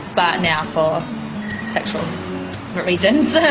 but now for sexual reasons.